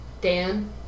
Dan